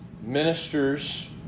ministers